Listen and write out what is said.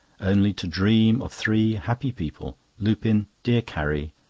only to dream of three happy people lupin, dear carrie,